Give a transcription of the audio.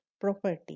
property